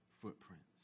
footprints